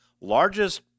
largest